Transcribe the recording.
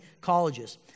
colleges